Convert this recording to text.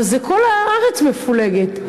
אבל כל הארץ מפולגת,